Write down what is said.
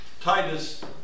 Titus